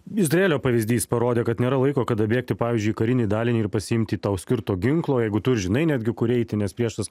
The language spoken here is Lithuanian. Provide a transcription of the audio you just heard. izraelio pavyzdys parodė kad nėra laiko kada bėgti pavyzdžiui į karinį dalinį ir pasiimti tau skirto ginklo jeigu tu ir žinai netgi kur eiti nes priešas